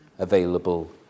available